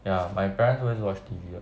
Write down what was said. ya my parents always watch T_V